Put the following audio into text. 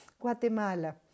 Guatemala